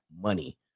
money